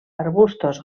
arbustos